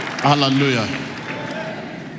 Hallelujah